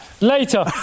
Later